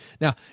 Now